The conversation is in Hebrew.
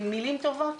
זה עם מילים טובות.